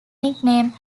nickname